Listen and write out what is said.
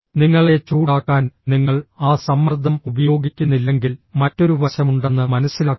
നിങ്ങളെ ചൂടാക്കാൻ നിങ്ങൾ ആ സമ്മർദ്ദം ഉപയോഗിക്കുന്നില്ലെങ്കിൽ മറ്റൊരു വശമുണ്ടെന്ന് മനസ്സിലാക്കുക